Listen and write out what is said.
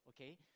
okay